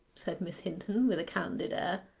said miss hinton, with a candid air.